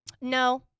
No